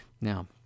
Now